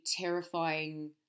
terrifying